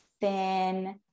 thin